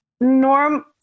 norm